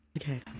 okay